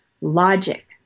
Logic